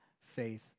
faith